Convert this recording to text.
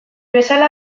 bezala